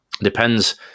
depends